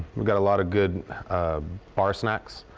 we've got a lot of good bar snacks,